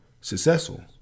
successful